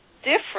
different